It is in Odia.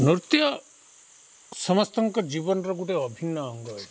ନୃତ୍ୟ ସମସ୍ତଙ୍କ ଜୀବନର ଗୋଟେ ଅଭିନ୍ନ ଅଙ୍ଗ ଅଛି